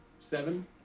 Seven